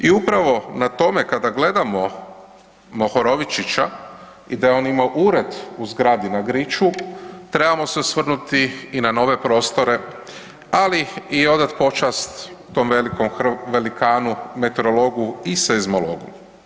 I upravo na tome kada gledamo Mohorovičića i da je on imao ured u zgradi na Griču trebamo se osvrnuti i na nove prostore, ali odat počast tom velikanu meteorologu i seizmologu.